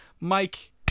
Mike